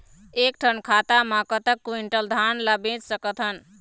एक ठन खाता मा कतक क्विंटल धान ला बेच सकथन?